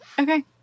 Okay